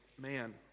man